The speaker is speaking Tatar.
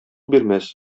бирмәс